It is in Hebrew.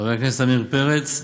חבר הכנסת עמיר פרץ,